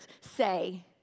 say